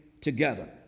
together